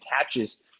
attaches